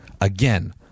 Again